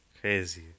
Crazy